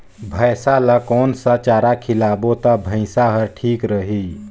भैसा ला कोन सा चारा खिलाबो ता भैंसा हर ठीक रही?